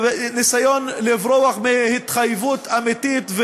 ניסיון לברוח מהתחייבות אמיתית,